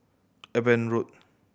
Eben Road